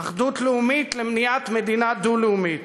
אחדות לאומית למניעת מדינה דו-לאומית